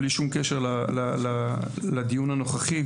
בלי שום קשר לדיון הנוכחי,